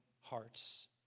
hearts